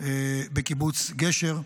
בקיבוץ גשר.